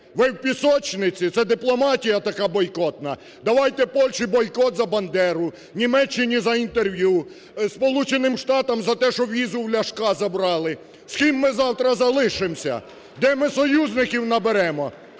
Ви в пісочниці, це дипломатія така бойкотна? Давайте Польщі бойкот за Бандеру, Німеччині – за інтерв'ю, Сполученим Штатам – за те, що візу в Ляшка забрали. З ким ми завтра залишимося? Де ми союзників наберемо?